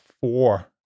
four